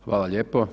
Hvala lijepo.